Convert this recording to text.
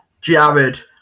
jared